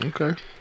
Okay